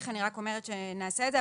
אני רק אומרת שנעשה את זה,